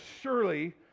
surely